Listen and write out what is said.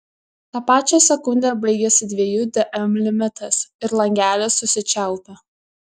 tą pačią sekundę baigiasi dviejų dm limitas ir langelis susičiaupia